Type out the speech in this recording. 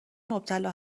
مبتلا